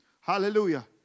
Hallelujah